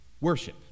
worship